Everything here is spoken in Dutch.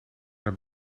naar